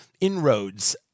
inroads